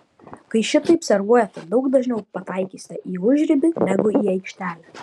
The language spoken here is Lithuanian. kai šitaip servuojate daug dažniau pataikysite į užribį negu į aikštelę